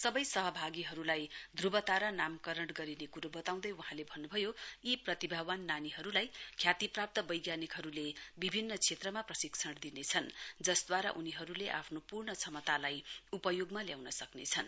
सवै सहभागीहरुलाई ध्रुब तारा नामकरण गरिने कुरो वताउँदै वहाँले भन्नुभयो यी प्रतिभावान नानीहरुलाई ख्यातिप्राप्त वैज्ञानिकहरुले विभिन्न क्षेत्रमा प्रशिक्षण दिनेछन् जसद्वारा उनीहरुले आफ्नो पूर्ण क्षमतालाई उपयोगमा ल्याउन सक्नेछन्